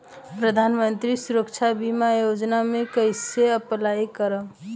प्रधानमंत्री सुरक्षा बीमा योजना मे कैसे अप्लाई करेम?